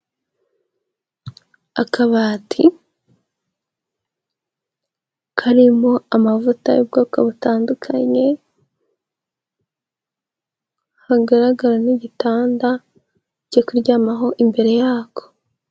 Akabati karimo amavuta y'ubwoko butandukanye, hagaragara n'igitanda cyo kuryamaho imbere yako.